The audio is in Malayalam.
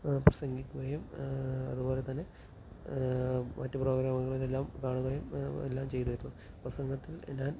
പ്രസംഗിക്കുകയും അതുപോലെ തന്നെ മറ്റ് പ്രോഗ്രാമുകളെല്ലാം കാണുകയും എല്ലാം ചെയ്തിരുന്നു പ്രസംഗത്തിൽ ഞാൻ